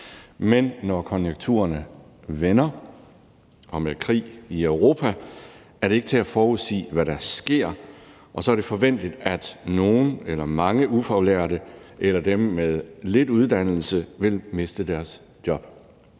men når konjunkturerne vender og med krig i Europa, er det ikke til at forudsige, hvad der sker, og så er det forventeligt, at nogle eller mange ufaglærte eller dem med lidt uddannelse vil miste deres job.